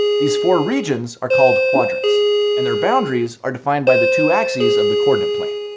these four regions are called quadrants and their boundaries are defined by the two axes of the coordinate plane.